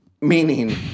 Meaning